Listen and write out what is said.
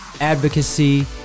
advocacy